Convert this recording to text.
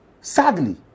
Sadly